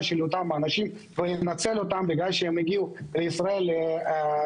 של אותם אנשים ולנצל אותם בגלל שהם הגיעו לישראל לאחרונה.